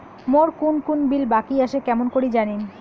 মোর কুন কুন বিল বাকি আসে কেমন করি জানিম?